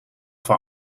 voor